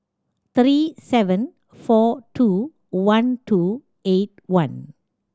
three seven four two one two eight one